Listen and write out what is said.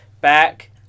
Back